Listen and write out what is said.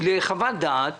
לחוות דעת